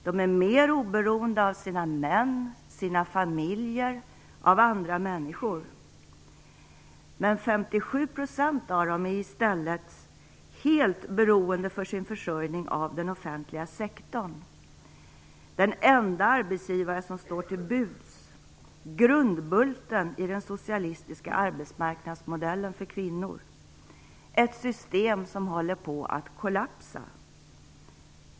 De är mer oberoende av sina män, sina familjer och andra människor, men 57 % av dem är i stället helt beroende av den offentliga sektorn för sin försörjning - den enda arbetsgivare som står till buds, grundbulten i den socialistiska arbetsmarknadsmodellen för kvinnor. Det är ett system som håller på att kollapsa.